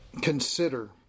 consider